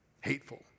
hateful